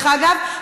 דרך אגב,